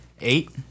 Eight